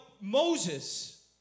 Moses